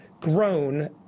grown